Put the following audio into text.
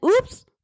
oops